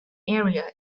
area